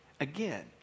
again